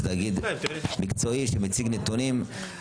זה תאגיד מקצועי שמציג נתונים.